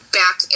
back